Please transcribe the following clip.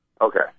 Okay